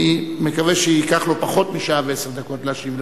אני מקווה שייקח לו פחות משעה ועשר דקות להשלים את התשובה.